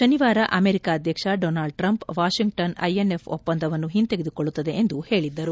ಶನಿವಾರ ಅಮೆರಿಕ ಅಧ್ಯಕ್ಷ Donald Trump Washington INF ಒಪ್ಪಂದವನ್ನು ಹಿಂತೆಗೆದುಕೊಳ್ಳುತ್ತದೆ ಎಂದು ಹೇಳದ್ದರು